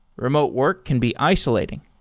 remote work can be isolating.